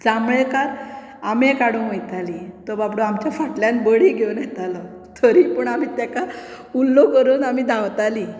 जांबळेकार आंबे काडूंक वताले तो बाबडो आमच्या फाटल्यान बडी घेवन येतालो तरी पूण आमी ताका उल्लू करून आमी धांवताली